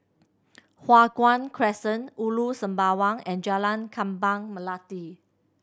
Hua Guan Crescent Ulu Sembawang and Jalan Kembang Melati